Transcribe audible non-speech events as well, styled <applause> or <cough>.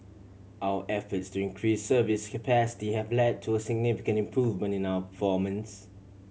our efforts to increase service capacity have led to a significant improvement in our <unintelligible>